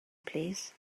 plîs